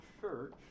church